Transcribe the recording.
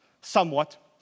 somewhat